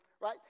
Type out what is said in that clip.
right